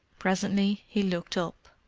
presently he looked up,